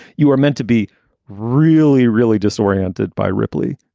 you are meant to be really, really disoriented by ripley.